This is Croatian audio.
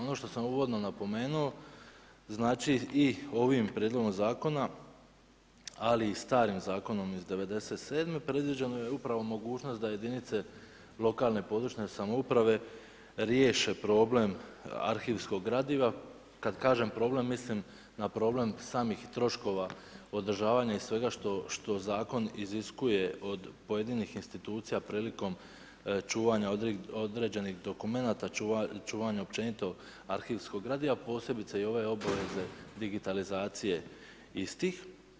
Ono što sam uvodno napomenuo, znači i ovim prijedlogom zakona, ali i starim zakonom iz '97., predviđena je upravo mogućnost da jedinice lokalne i područne samouprave riješe problem arhivskog gradiva, kad kažem problem mislim na problem samih troškova održavanja i svega što zakon iziskuje od pojedinih institucija prilikom čuvanja određenih dokumenata, čuvanja općenito arhivskog gradiva, posebice i ove obveze digitalizacije istih.